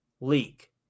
leak